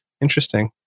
Interesting